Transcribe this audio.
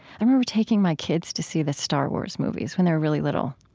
i remember taking my kids to see the star wars movies when they were really little.